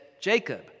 Jacob